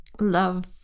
love